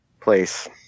place